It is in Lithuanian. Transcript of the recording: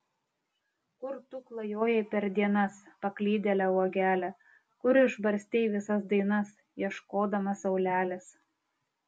kur tu klajojai per dienas paklydėle uogele kur išbarstei visas dainas ieškodama saulelės